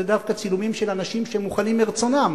דווקא צילומים של אנשים שמוכנים מרצונם